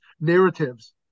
narratives